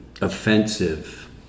offensive